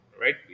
right